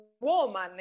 woman